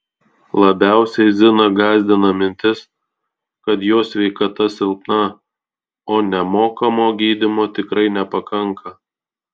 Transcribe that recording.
labiausiai ziną gąsdina mintis kad jos sveikata silpna o nemokamo gydymo tikrai nepakanka